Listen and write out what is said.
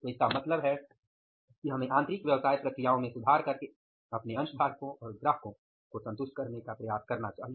तो इसका मतलब है कि हमें आंतरिक व्यवसाय प्रक्रियाओं में सुधार करके अपने अंशधारकों और ग्राहकों को संतुष्ट करने का प्रयास करना चाहिए